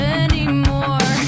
anymore